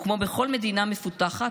וכמו בכל מדינה מפותחת,